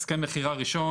הסכם מכירה ראשון,